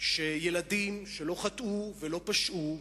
שילדים שלא חטאו ולא פשעו,